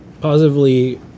positively